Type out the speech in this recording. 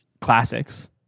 classics